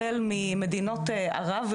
החל ממדינות ערב,